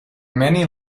many